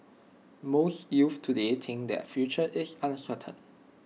most youths today think their future is uncertain